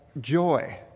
joy